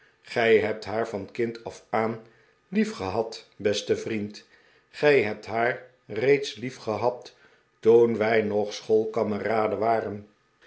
gij hebt haar van kind af aan liefgehad beste vriend gij hebt haar reeds liefgehad toen wij nog schoolkameraden waren